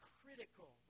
critical